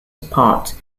apart